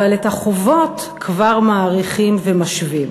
אבל את החובות כבר מאריכים ומשווים.